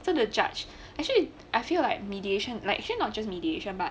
so the judge actually I feel like mediation like actually not just mediation but